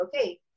okay